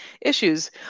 issues